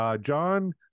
John